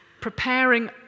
preparing